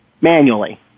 manually